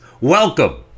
Welcome